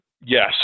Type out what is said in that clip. yes